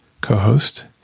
co-host